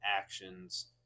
actions